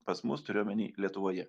pas mus turiu omeny lietuvoje